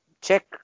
check